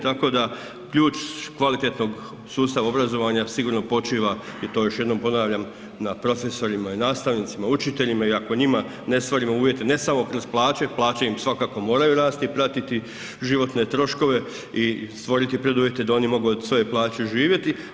Tako da ključ kvalitetnog sustava obrazovanja sigurno počiva i to još jednom ponavljam na profesorima i nastavnicima, učiteljima i ako njima ne stvorimo uvjete ne samo kroz plaće, plaće im svakako moraju rasti i pratiti životne troškove i stvoriti preduvjete da oni mogu od svoje plaće živjeti.